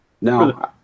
No